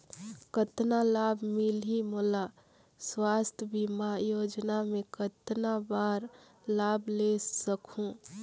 कतना लाभ मिलही मोला? स्वास्थ बीमा योजना मे कतना बार लाभ ले सकहूँ?